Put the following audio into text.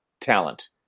talent